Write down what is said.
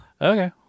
Okay